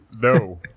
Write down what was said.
No